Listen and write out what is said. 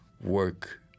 work